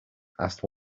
asked